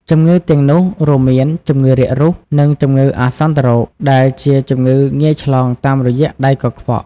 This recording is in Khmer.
ជំងឺទាំងនោះរួមមាន ជំងឺរាគរូស និងជំងឺអាសន្នរោគ ដែលជាជំងឺងាយឆ្លងតាមរយៈដៃកខ្វក់។